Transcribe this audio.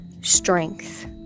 strength